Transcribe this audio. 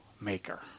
maker